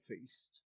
feast